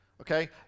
okay